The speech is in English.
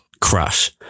crash